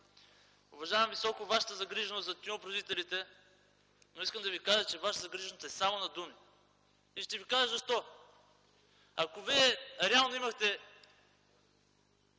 уважавам високо Вашата загриженост за тютюнопроизводителите, но искам да Ви кажа, че Вашата загриженост е само на думи. Ще Ви кажа защо. Ако Вие реално имахте